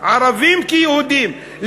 ערבים כיהודים,